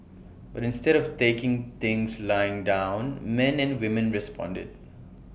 but instead of taking things lying down men and women responded